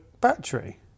battery